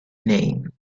name